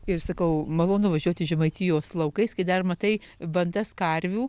ir sakau malonu važiuoti žemaitijos laukais kai dar matai bandas karvių